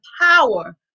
power